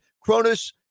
Cronus